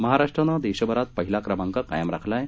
महाराष्ट्रानं देशभरात पहिला क्रमांक कायम राखला आहे